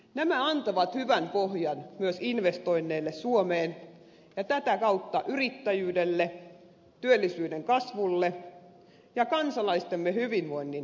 nämä antavat hyvän pohjan myös investoinneille suomeen ja tätä kautta yrittäjyydelle työllisyyden kasvulle ja kansalaistemme hyvinvoinnin lisäämiselle